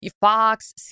Fox